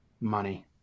money